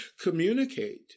communicate